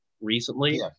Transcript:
recently